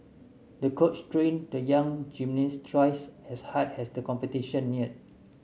the coach trained the young gymnast twice as hard as the competition neared